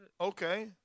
Okay